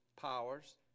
powers